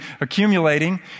accumulating